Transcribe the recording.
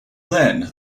then